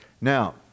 Now